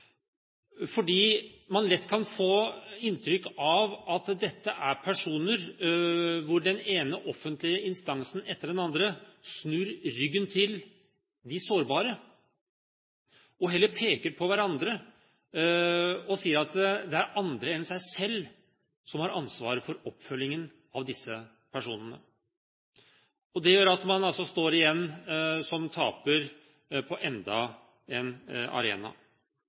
fordi man lett kan få inntrykk av at dette er personer der den ene offentlige instansen etter den andre snur ryggen til de sårbare, og heller peker på hverandre og sier at det er andre enn de selv som har ansvaret for oppfølgingen av disse personene. Det gjør at man altså står igjen som taper på enda en arena.